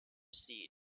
seed